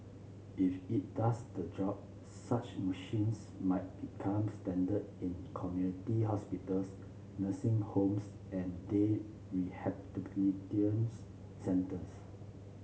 if it does the job such machines might become standard in community hospitals nursing homes and day centres